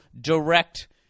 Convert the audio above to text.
direct